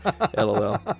LOL